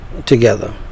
together